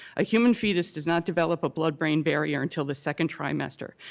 a human fetus does not develop a blood-brain barrier until the second trimester,